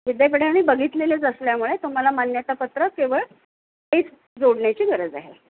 विद्यापीठाने बघितलेलेच असल्यामुळे तुम्हाला मान्यतापत्र केवळ तेच जोडण्याची गरज आहे